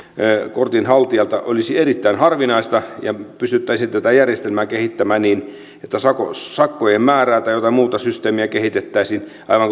kortin haltijalta olisi erittäin harvinaista ja pystyttäisiin tätä järjestelmää kehittämään niin että sakkojen sakkojen määrää tai jotain muuta systeemiä kehitettäisiin aivan